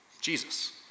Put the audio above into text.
Jesus